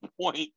point